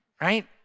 Right